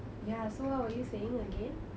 ya so what were you saying again